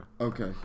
okay